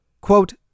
Quote